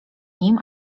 nim